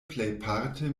plejparte